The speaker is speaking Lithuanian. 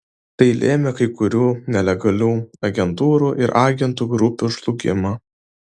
tai lėmė kai kurių nelegalių agentūrų ir agentų grupių žlugimą